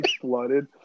flooded